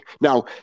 Now